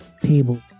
table